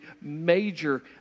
major